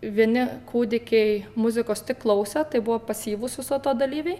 vieni kūdikiai muzikos tik klausė tai buvo pasyvūs viso to dalyviai